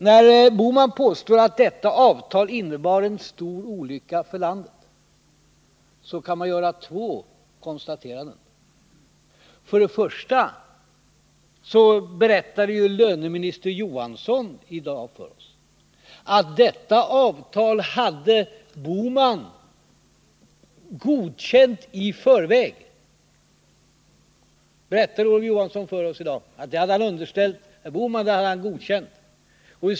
När Gösta Bohman påstår att detta avtal innebar en stor olycka för landet, kan man göra två konstateranden. För det första berättade löneminister Johansson i dag för oss att han i förväg underställt Gösta Bohman detta avtal och att Gösta Bohman godkänt det.